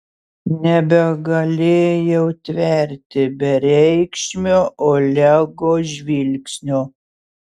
nebegalėjau tverti bereikšmio olego žvilgsnio